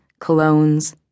colognes